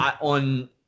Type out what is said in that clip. on